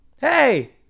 Hey